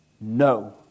No